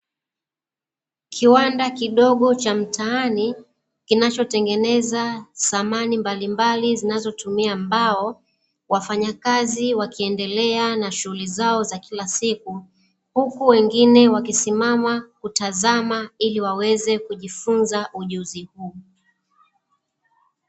Kiwanda kidogo cha mtaani, kinachotengeneza samani mbalimbali zinazotumia mbao, wafanyakazi wakiendelea na shughuli zao za kila siku, huku wengine wakisimama kutazama ili waweze kujifunza ujuzi huu.